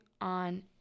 on